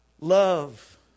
Love